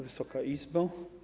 Wysoka Izbo!